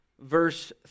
verse